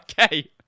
Okay